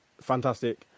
fantastic